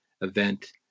event